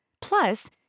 Plus